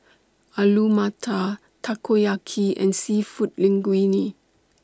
Alu Matar Takoyaki and Seafood Linguine